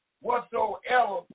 Whatsoever